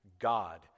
God